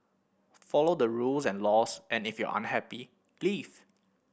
follow the rules and laws and if you're unhappy leave